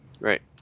Right